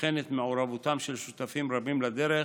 וכן את מעורבותם של שותפים רבים לדרך,